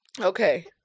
okay